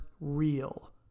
real